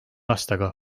aastaga